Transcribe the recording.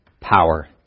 power